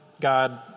God